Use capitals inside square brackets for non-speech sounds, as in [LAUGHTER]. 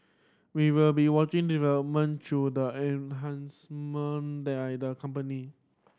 we will be watching development through the [UNINTELLIGIBLE] by the company